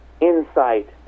insight